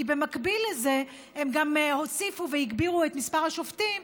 כי במקביל לזה הם גם הוסיפו והגבירו את מספר השופטים,